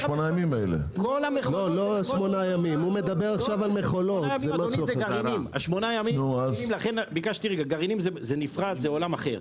ה-8 ימים זה גרעינים, זה מפרץ, זה עולם אחר.